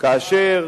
כאשר